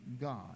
God